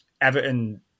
Everton